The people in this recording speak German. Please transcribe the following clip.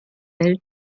ein